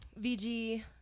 vg